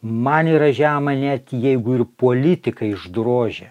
man yra žema net jeigu ir politiką išdrožia